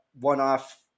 one-off